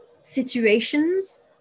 situations